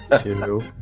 two